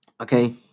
okay